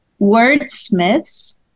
wordsmiths